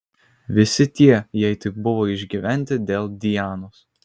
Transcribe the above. visi tie jei tik buvo išgyventi dėl dianos